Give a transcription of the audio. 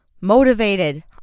motivated